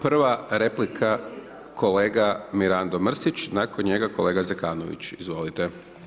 Prva replika kolega Mirando Mrsić, nakon njega kolega Zekanović, izvolite.